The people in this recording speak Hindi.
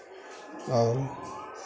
और